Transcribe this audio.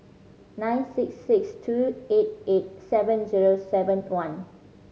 nine six six two eight eight seven zero seven one